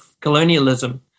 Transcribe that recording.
colonialism